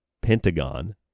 Pentagon